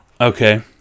Okay